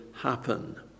happen